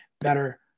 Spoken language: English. better